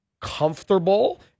comfortable